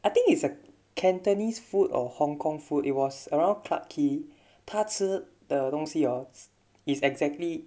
I think it's a cantonese food or hong-kong food it was around clarke quay 他吃的东西 hor is exactly